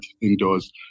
indoors